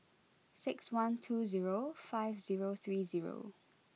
six one two zero five zero three zero